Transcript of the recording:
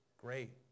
Great